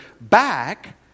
back